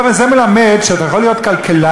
הוא גם אמר, בכל אופן,